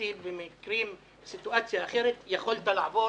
סטטיסטי בסיטואציה אחרת יכולת לעבור